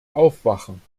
aufwachen